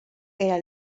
era